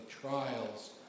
trials